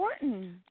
important